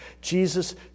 Jesus